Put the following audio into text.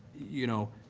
you know,